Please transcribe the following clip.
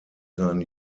sein